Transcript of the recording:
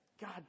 God